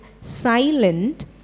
silent